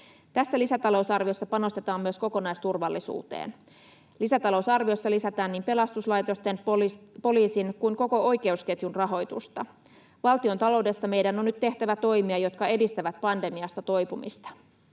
Tässä lisätalousarviossa panostetaan myös kokonaisturvallisuuteen. Lisätalousarviossa lisätään niin pelastuslaitosten, poliisin kuin koko oikeusketjun rahoitusta. Valtiontaloudessa meidän on nyt tehtävä toimia, jotka edistävät pandemiasta toipumista.